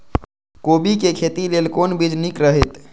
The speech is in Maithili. कोबी के खेती लेल कोन बीज निक रहैत?